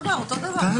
אותו דבר.